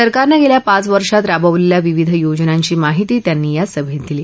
सरकारनं गल्खा पाच वर्षात राबवलख्खा विविध योजनांची माहिती त्यांनी या सभत्त दिली